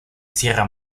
sierra